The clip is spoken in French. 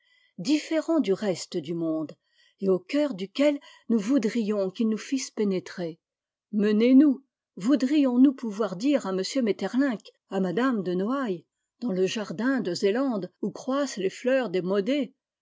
différent du reste du monde et au cœur duquel nous voudrions qu'ils nous fissent pénétrer menez nous voudrions nous pouvoir dire à m mœterlinck à m de noailles dans le jardin dezé ande où croissent les fleurs démodées